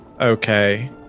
okay